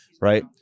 Right